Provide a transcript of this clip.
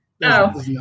No